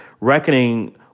reckoning